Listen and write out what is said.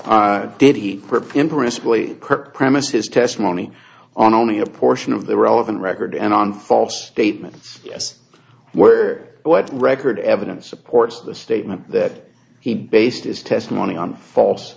kirk premise his testimony on only a portion of the relevant record and on false statements yes where what record evidence supports the statement that he based his testimony on false